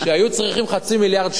שהיו צריכים חצי מיליארד שקל,